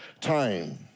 time